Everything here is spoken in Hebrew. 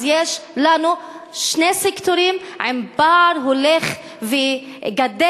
אז יש לנו שני סקטורים עם פער הולך וגדל,